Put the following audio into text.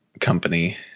company